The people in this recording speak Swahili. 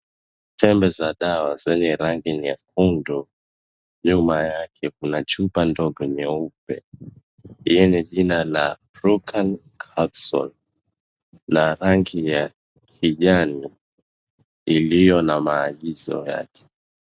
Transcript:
Tembe za dawa zenye rangi nyekundu. Nyuma yake kuna chupa ndogo nyeupe. Hili ni jina la prucan capsule na rangi ya kijani iliyo na maagizo yake.